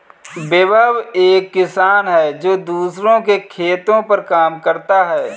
विभव एक किसान है जो दूसरों के खेतो पर काम करता है